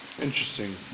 Interesting